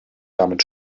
damit